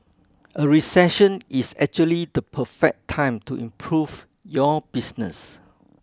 a recession is actually the perfect time to improve your business